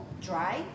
dry